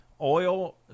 oil